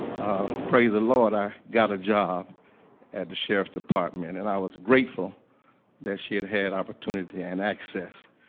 ah, praise the lord i got a job at the sheriff's department. and i was grateful that she had had opportunity and access.